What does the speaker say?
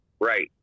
Right